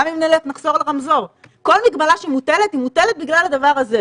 כל מגבלה שמוטלת, היא מוטלת בגלל הדבר הזה.